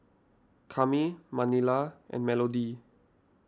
Cami Manilla and Melodie